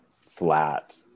flat